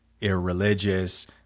irreligious